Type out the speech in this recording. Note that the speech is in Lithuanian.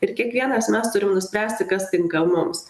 ir kiekvienas mes turim nuspręsti kas tinka mums